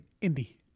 Indy